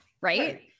right